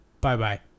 bye-bye